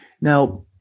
Now